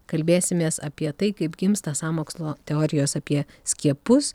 kalbėsimės apie tai kaip gimsta sąmokslo teorijos apie skiepus